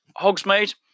Hogsmeade